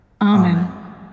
Amen